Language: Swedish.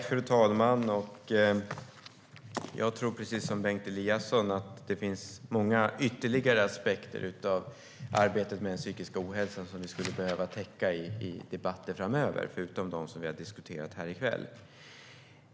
Fru talman! Jag tror, precis som Bengt Eliasson, att det finns många ytterligare aspekter av arbetet med psykisk ohälsa som vi behöver täcka in i debatter framöver, förutom dem vi har diskuterat i kväll.